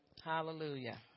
Hallelujah